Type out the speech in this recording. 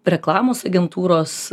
reklamos agentūros